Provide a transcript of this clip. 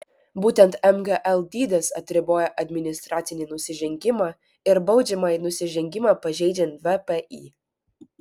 būtent mgl dydis atriboja administracinį nusižengimą ir baudžiamąjį nusižengimą pažeidžiant vpį